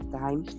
time